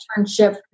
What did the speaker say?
internship